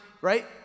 right